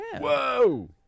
Whoa